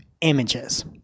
images